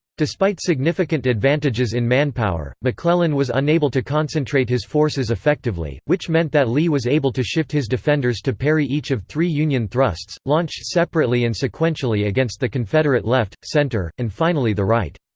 despite significant advantages in manpower, mcclellan was unable to concentrate his forces effectively, which meant that lee was able to shift his defenders to parry each of three union thrusts, launched separately and sequentially against the confederate left, center, and finally the right.